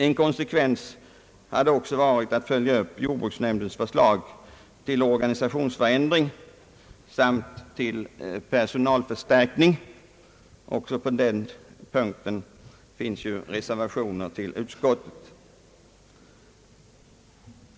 Ett sätt ait göra det hade också varit att följa upp jordbruksnämndens förslag till organisationsförändring samt till personalförstärkning. Också på den punkten finns reservationer till utskottets hemställan.